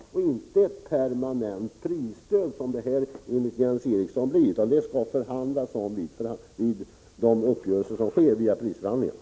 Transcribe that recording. Det är inte fråga om ett permanent prisstöd, som Jens Eriksson vill göra gällande, utan det skall förhandlas om saken i samband med de uppgörelser som sker vid prisförhandlingarna.